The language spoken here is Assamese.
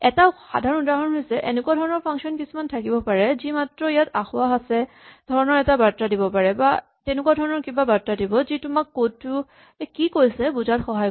এটা সাধাৰণ উদাহৰণ হৈছে যে এনেকুৱা ধৰণৰ ফাংচন থাকিব পাৰে যি মাত্ৰ ইয়াত আসোঁৱাহ আছে ধৰণৰ এটা বাৰ্তা দিব বা তেনেকুৱা ধৰণৰ কিবা বাৰ্তা দিব যি তোমাক কড টোৱে কি কৈছে বুজাত সহায় কৰিব